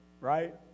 right